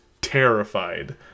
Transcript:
terrified